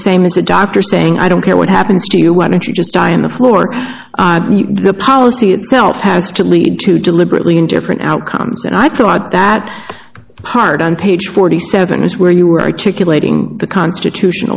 same as a doctor saying i don't care what happens to you why don't you just die on the floor the policy itself has to lead to deliberately and different outcomes and i thought that hard on page forty seven is where you were articulating the constitutional